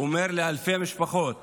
אומר לאלפי משפחות